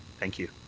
thank you.